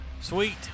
sweet